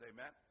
Amen